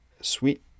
sweet